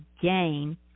gain